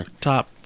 top